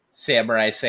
Samurai